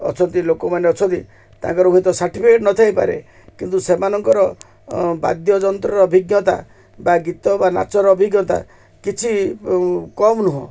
ଅଛନ୍ତି ଲୋକମାନେ ଅଛନ୍ତି ତାଙ୍କର ହୁଏତ ସାର୍ଟିଫିକେଟ ନଥାଇପାରେ କିନ୍ତୁ ସେମାନଙ୍କର ବାଦ୍ୟଯନ୍ତ୍ରର ଅଭିଜ୍ଞତା ବା ଗୀତ ବା ନାଚର ଅଭିଜ୍ଞତା କିଛି କମ୍ ନୁହଁ